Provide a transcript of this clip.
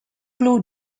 blue